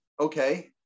okay